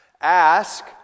Ask